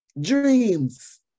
dreams